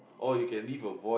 ya~